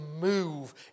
move